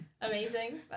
Amazing